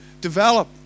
develop